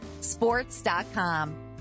sports.com